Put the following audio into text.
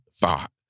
thought